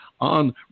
on